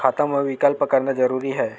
खाता मा विकल्प करना जरूरी है?